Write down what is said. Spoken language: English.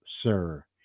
sir